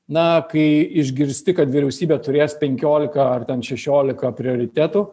na kai išgirsti kad vyriausybė turės penkiolika ar ten šešiolika prioritetų